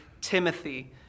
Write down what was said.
Timothy